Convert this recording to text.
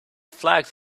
flags